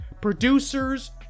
producers